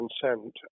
consent